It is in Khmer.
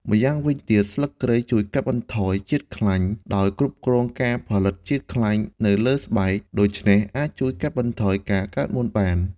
ម្យ៉ាងវិញទៀត ស្លឹកគ្រៃជួយកាត់បន្ថយជាតិខ្លាញ់ ដោយគ្រប់គ្រងការផលិតជាតិខ្លាញ់នៅលើស្បែក ដូច្នេះអាចជួយកាត់បន្ថយការកើតមុនបាន។